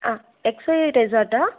ah X Y ரிசார்ட்டா